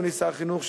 אדוני שר החינוך,